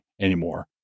anymore